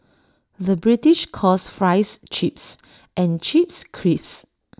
the British calls Fries Chips and Chips Crisps